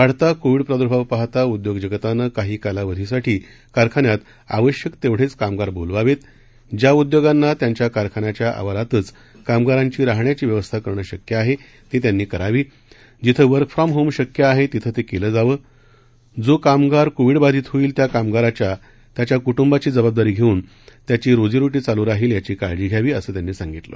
वाढता कोविड प्रादूर्भाव पहाता उद्योग जगतानं काही कालावधीसाठी कारखान्यात आवश्यक तेवढेच कामगार बोलवावेत ज्या उद्योगांना त्यांच्या कारखान्याच्या आवारातच कामगारांची राहण्याची व्यवस्था करणं शक्य आहे ती त्यांनी करावी जिथं वर्क फ्रॉम होम शक्य आहे तिथं ते केलं जावं जो कामगार कोविड बाधित होईल त्या कामगाराच्या त्याच्या कुटुंबाची जबाबदारी घेऊन त्याची रोजीरोटी चालू राहील याची काळजी घ्यावी असं त्यांनी सांगितलं